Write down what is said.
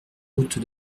route